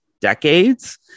decades